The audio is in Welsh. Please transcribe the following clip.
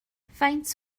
faint